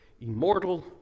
immortal